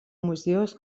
muziejaus